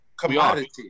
commodity